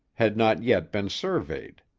had not yet been surveyed.